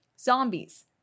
zombies